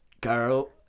girl